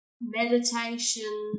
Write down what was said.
meditation